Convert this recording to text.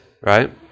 right